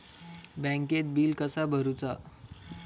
बँकेत बिल कसा भरुचा?